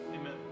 Amen